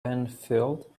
unfurled